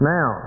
Now